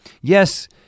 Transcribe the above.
yes